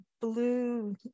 blue